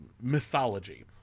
mythology